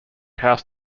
house